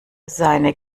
seine